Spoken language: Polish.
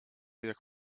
jak